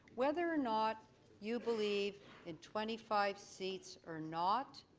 whether or not you believe in twenty five seats or not,